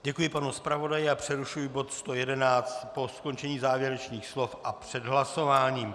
Děkuji panu zpravodaji a přerušuji bod 111 po skončení závěrečných slov a před hlasováním.